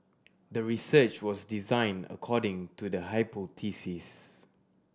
the research was designed according to the hypothesis